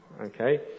Okay